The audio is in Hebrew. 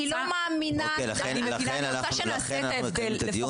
היא לא מאמינה --- לכן אנחנו מקיימים את הדיון.